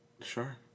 Sure